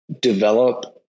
develop